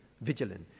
vigilant